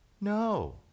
no